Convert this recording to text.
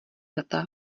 data